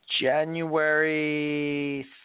January